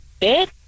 bit